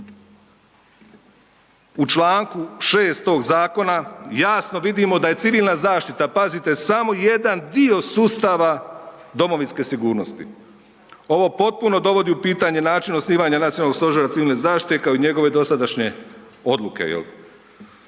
U članku 6. tog zakona jasno vidimo da je Civilna zaštita pazite samo jedan dio sustava domovinske sigurnosti. Ovo potpuno dovodi u pitanje načina osnivanja Nacionalnog stožera civilne zaštite kao i njegove dosadašnje odluke,